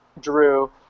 Drew